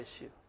issue